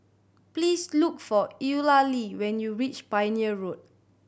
please look for Eulalie when you reach Pioneer Road